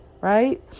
Right